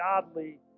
godly